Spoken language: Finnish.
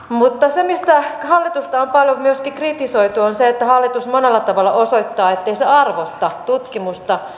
mutta se mistä hallitusta on paljon myöskin kritisoitu on se että hallitus monella tavalla osoittaa ettei se arvosta tutkimusta